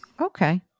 Okay